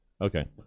okay